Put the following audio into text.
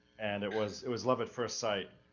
and it was, it was love at first sight,